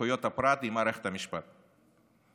לזכויות הפרט היא מערכת משפט חזקה,